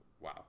wow